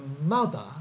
mother